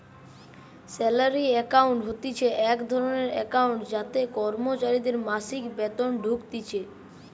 salary account হতিছে এক ধরণের একাউন্ট যাতে কর্মচারীদের মাসিক বেতন ঢুকতিছে